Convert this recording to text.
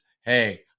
hey